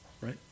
right